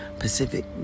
Pacific